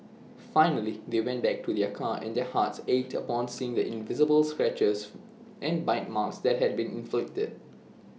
finally they went back to their car and their hearts ached upon seeing the visible scratches and bite marks that had been inflicted